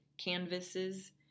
canvases